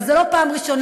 אבל זו לא פעם ראשונה,